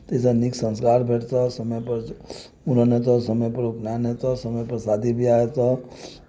ई सँ नीक संस्कार भेटतह समयपर मूड़न हेतह समयपर उपनयन हेतह समयपर शादी विवाह हेतह